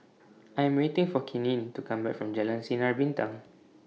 I Am waiting For Keenen to Come Back from Jalan Sinar Bintang